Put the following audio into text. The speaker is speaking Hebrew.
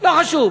לא חשוב.